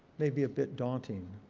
may be a bit daunting.